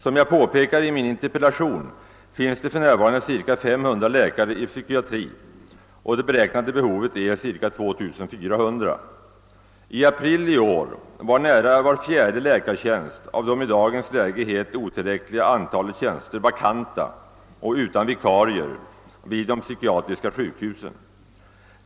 Som jag påpekade i min interpellation finns det för närvarande cirka 500 läkare i psykiatri, och det beräknade behovet är cirka 2 400. I april i år var nära var fjärde läkartjänst av det i dagens läge helt otillräckliga antalet tjänster vakant och utan vikarie vid de psykiatriska sjukhusen.